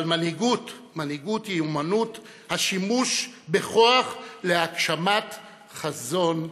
אבל מנהיגות היא אומנות השימוש בכוח להגשמת חזון הדרך,